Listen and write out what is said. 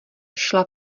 šla